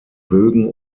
bögen